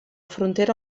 frontera